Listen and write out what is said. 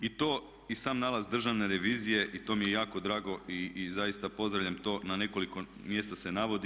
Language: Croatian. I to i sam nalaz Državne revizije, i to mi je jako drago i zaista pozdravljam to, na nekoliko mjesta se navodi.